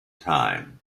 time